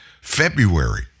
February